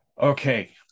Okay